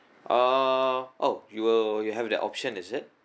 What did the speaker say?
uh oh you will you have the option is it